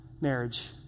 marriage